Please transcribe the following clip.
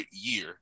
year